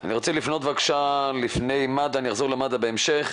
אני אחזור למד"א בהמשך.